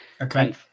Okay